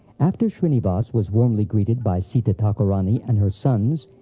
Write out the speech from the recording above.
after shrinivas was warmly greeted by sita thakurani and her sons,